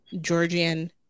Georgian